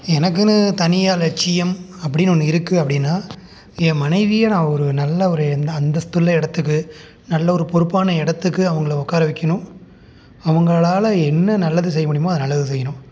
எனக்குன்னு தனியாக லட்சியம் அப்படின்னு ஒன்று இருக்குது அப்படின்னா என் மனைவியை நான் ஒரு நல்ல ஒரு இந்த அந்தஸ்த்துள்ள இடத்துக்கு நல்ல ஒரு பொறுப்பான இடத்துக்கு அவங்களை உக்கார வைக்கணும் அவங்களால் என்ன நல்லது செய்ய முடியுமோ அது நல்லது செய்யணும்